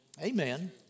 Amen